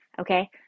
okay